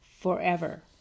forever